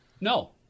No